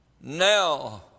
Now